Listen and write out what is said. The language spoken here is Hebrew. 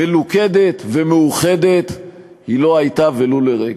מלוכדת ומאוחדת היא לא הייתה ולו לרגע.